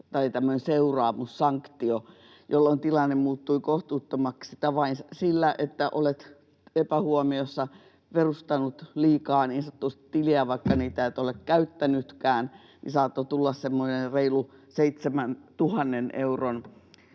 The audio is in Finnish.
seuraamus, sanktio, jolloin tilanne muuttui kohtuuttomaksi. Vain siitä, että olet epähuomiossa perustanut niin sanotusti liikaa tilejä, vaikka niitä et ole käyttänytkään, saattoi tulla semmoinen reilu 7 000 euron